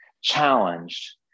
challenged